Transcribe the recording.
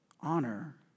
Honor